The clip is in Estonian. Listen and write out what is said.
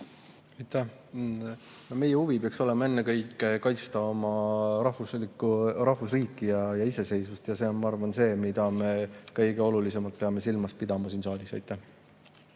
Meie huvi peaks olema ennekõike kaitsta oma rahvusriiki ja iseseisvust. Ma arvan, et see on see, mida me kõige olulisemana peame silmas pidama siin saalis.